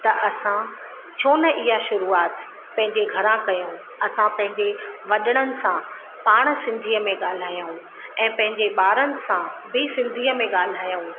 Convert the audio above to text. त असां छो न इहा शुरुआत पंहिंजे घरां कयूं असां पैंजे वॾनि सां पाण सिंधीअ में ॻाल्हायूं ऐं पंहिंजे ॿारनि सां बि सिंधीअ में ॻाल्हायूं